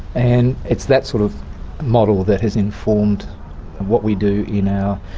and it's that sort of model that has informed what we do you know